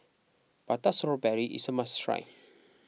Prata Strawberry is a must try